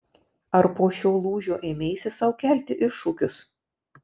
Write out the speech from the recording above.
ar po šio lūžio ėmeisi sau kelti iššūkius